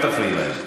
אל תפריעי להם.